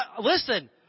listen